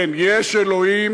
כן, יש אלוהים,